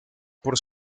por